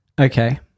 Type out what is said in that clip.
Okay